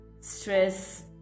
stress